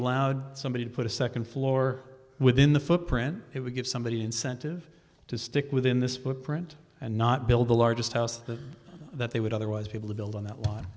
allowed somebody to put a second floor within the footprint it would give somebody an incentive to stick within this footprint and not build the largest house that that they would otherwise be able to build on that